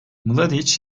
mladiç